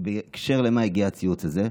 ובקשר למה הגיע הציוץ הזה?